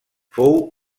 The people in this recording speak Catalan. fou